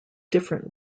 different